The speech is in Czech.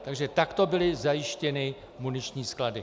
Takže takto byly zajištěny muniční sklady.